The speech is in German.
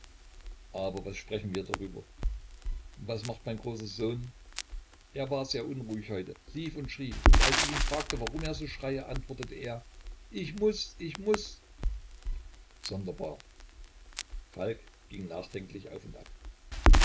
aber was sprechen wir darüber was macht mein großer sohn er war sehr unruhig heute lief und schrie und als ich ihn fragte warum er so schreie antwortete er ich muß ich muß sonderbar falk ging nachdenklich auf und ab